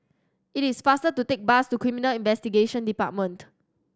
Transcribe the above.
it is faster to take the bus to Criminal Investigation Department